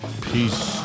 Peace